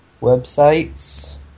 Websites